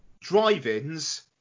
drive-ins